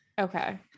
Okay